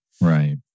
Right